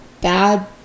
bad